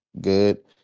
good